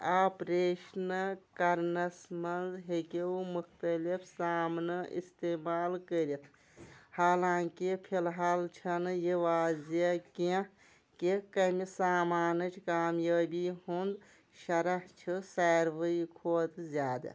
operation کرنس منٛز ہیٚکِو مختلف سامنہٕ استعمال کٔرِتھ حالانکہِ فِلحال چھنہٕ یہِ واضح کینٛہہ کہِ کَمہِ سامانٕچ کامیٲبی ہُند شرح چھ ساروٕے کھۄتہٕ زیادٕ